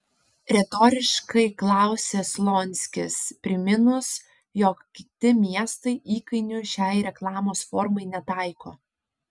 retoriškai klausia slonskis priminus jog kiti miestai įkainių šiai reklamos formai netaiko